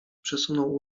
przesunął